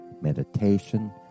meditation